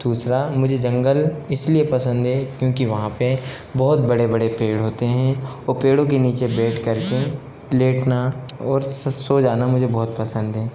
दूसरा मुझे जंगल इसलिए पसंद है क्योंकि वहाँ पर बहुत बड़े बड़े पेड़ होते हैं और पेड़ों के नीचे बैठ कर के लेटना और सो जाना मुझे बहुत पसंद है